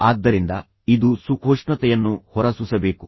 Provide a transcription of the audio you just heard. ಆದ್ದರಿಂದ ಇದು ಸುಖೋಷ್ಣತೆಯನ್ನು ಹೊರಸೂಸಬೇಕು